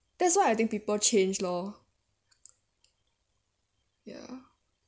that's why I think people change lor ya